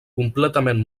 completament